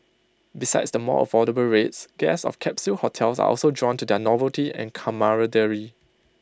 besides the more affordable rates guests of capsule hotels are also drawn to their novelty and camaraderie